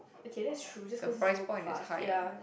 okay that's true just cause it's more fast ya that